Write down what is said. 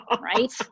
right